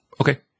Okay